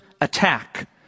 attack